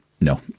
no